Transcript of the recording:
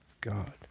God